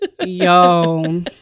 yo